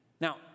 Now